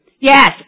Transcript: Yes